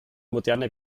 moderne